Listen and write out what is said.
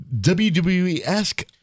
wwe-esque